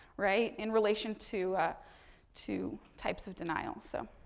right, in relation to two types of denial. so,